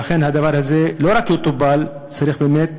שאכן הדבר הזה לא רק יטופל, צריך באמת